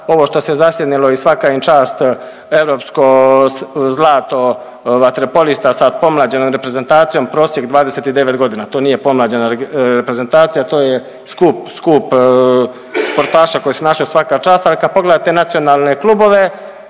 ovo što se zasjenilo i svaka im čast, europsko zlato vaterpolista sa pomlađenom reprezentacijom, prosjek 29 godina, to nije pomlađena reprezentacija, to je skup, skup sportaša koji su naši, svaka čast, ali kad pogledate nacionalne klubove,